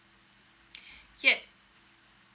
yup